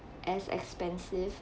as expensive